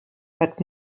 mit